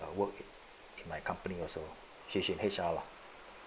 work in my company also lah she she in H_R lah